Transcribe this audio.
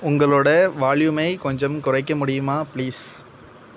உங்களோட வால்யூமை கொஞ்சம் குறைக்க முடியுமா ப்ளீஸ்